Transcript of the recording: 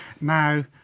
Now